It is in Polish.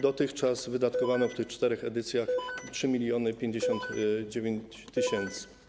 Dotychczas wydatkowano w tych czterech edycjach 3059 tys. zł.